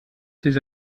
ses